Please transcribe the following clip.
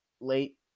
late